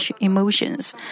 emotions